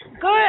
Good